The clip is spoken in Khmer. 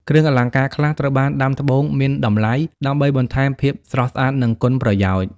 គ្រឿងអលង្ការខ្លះត្រូវបានដាំត្បូងមានតម្លៃ ដើម្បីបន្ថែមភាពស្រស់ស្អាត និងគុណប្រយោជន៍។